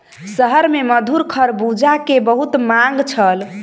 शहर में मधुर खरबूजा के बहुत मांग छल